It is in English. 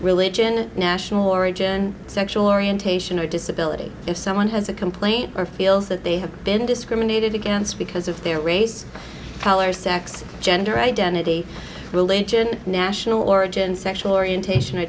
religion national origin sexual orientation or disability if someone has a complaint or feels that they have been discriminated against because of their race color sex gender identity religion national origin sexual orientation or